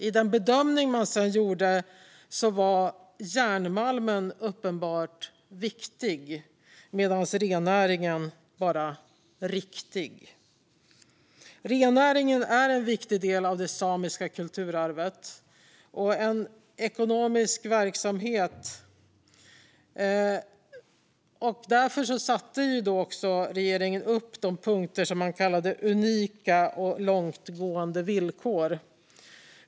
I den bedömning man sedan gjorde var järnmalmen uppenbart viktig, medan rennäringen bara var riktig. Rennäringen är en viktig del av det samiska kulturarvet och en ekonomisk verksamhet. Därför satte också regeringen upp de punkter som man kallade unika och långtgående villkor.